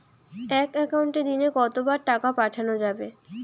এক একাউন্টে দিনে কতবার টাকা পাঠানো যাবে?